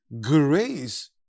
grace